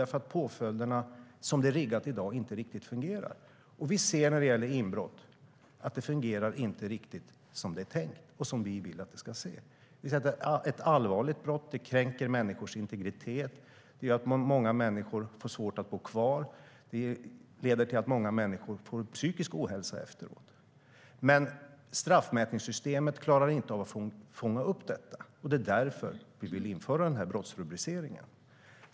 Jo, för att påföljderna inte riktigt fungerar som det är riggat i dag. Vi ser när det gäller inbrott att det inte fungerar riktigt som det är tänkt och som vi vill att det ska. Det är ett allvarligt brott som kränker människors integritet. Det gör att många människor får svårt att bo kvar och leder till att många människor får psykisk ohälsa efteråt, men straffmätningssystemet klarar inte av att fånga upp detta. Det är därför vi vill införa den här brottsrubriceringen.